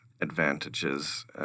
advantages